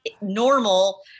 normal